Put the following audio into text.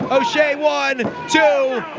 o shea one two!